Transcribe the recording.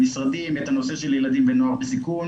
המשרדים את הנושא של ילדים ונוער בסיכון